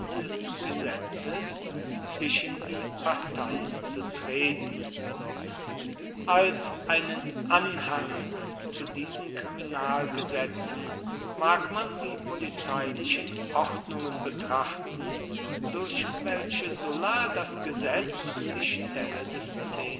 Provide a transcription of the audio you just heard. des gesetzes zwischen die parteien zu treten als einen anhang zu diesen kriminalgesetzen mag man die polizeilichen ordnungen betrachten durch welche sulla das gesetz an die stelle des